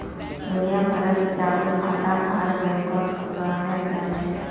दुनिया भरत चालू खाताक हर बैंकत खुलवाया जा छे